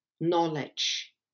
knowledge